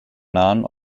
nahen